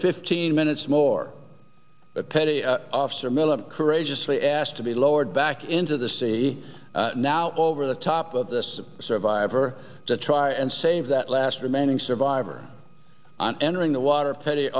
fifteen minutes more petty officer miller courageously asked to be lowered back into the sea now over the top of this survivor to try and save that last remaining survivor on entering the water